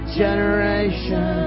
generation